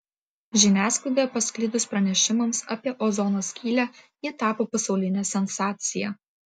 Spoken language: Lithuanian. žiniasklaidoje pasklidus pranešimams apie ozono skylę ji tapo pasauline sensacija